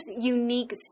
unique